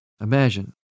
Imagine